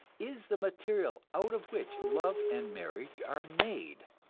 is the material out of which love and marriage are made.